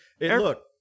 look